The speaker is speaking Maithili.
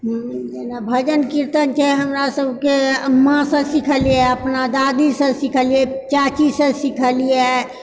जेना भजन कीर्तन छै हमरा सभके माँसँ सिखलियै अपना दादीसँ सिखलियै चाचीसँ सिखलियै